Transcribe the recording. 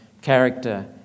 character